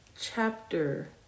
chapter